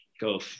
go